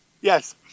Yes